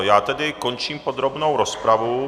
Já tedy končím podrobnou rozpravu.